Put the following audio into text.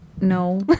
No